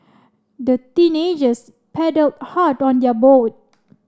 the teenagers paddled hard on their boat